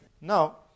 Now